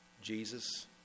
Jesus